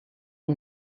who